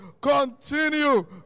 Continue